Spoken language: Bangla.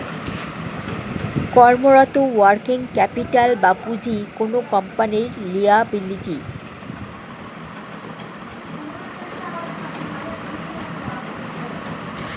কর্মরত ওয়ার্কিং ক্যাপিটাল বা পুঁজি কোনো কোম্পানির লিয়াবিলিটি